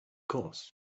course